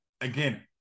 again